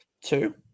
two